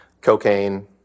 cocaine